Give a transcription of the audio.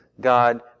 God